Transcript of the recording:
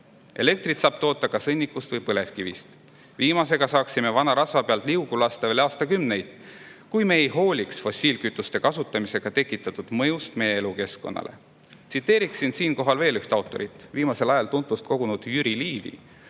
Elektrit saab toota ka sõnnikust või põlevkivist. Viimasega saaksime vana rasva peal liugu lasta veel aastakümneid, kui me ei hooliks fossiilkütuste kasutamise mõjust meie elukeskkonnale. Tsiteerin siinkohal veel üht autorit, viimasel ajal tuntust kogunud Jüri Liivi